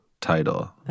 title